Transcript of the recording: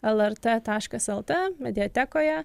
lrt taškas lt mediatekoje